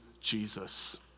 Jesus